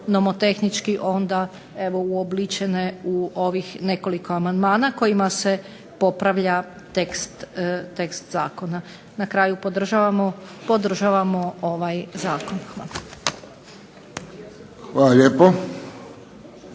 nomotehnički onda uobličene u ovih nekoliko amandmana kojima se popravlja tekst zakona. Na kraju podržavam ovaj zakon. Hvala. **Friščić,